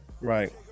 Right